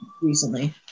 recently